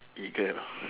eagle ah